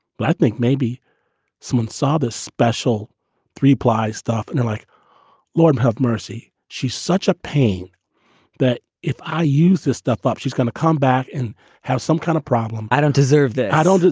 but i think maybe someone saw this special three ply stuff and and like lord have mercy. she's such a pain that if i use this stuff up, she's going to come back and have some kind of problem. i don't deserve that. i don't.